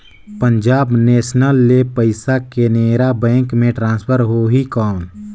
Punjab national ले पइसा Canara bank मे ट्रांसफर होहि कौन?